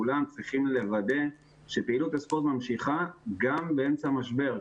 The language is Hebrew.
צריכים לוודא שפעילות הספורט ממשיכה גם באמצע המשבר.